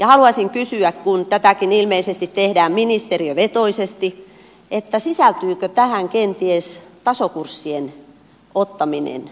haluaisin kysyä kun tätäkin ilmeisesti tehdään ministeriövetoisesti sisältyykö tähän kenties tasokurssien ottaminen ohjelmaan